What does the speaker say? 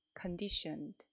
conditioned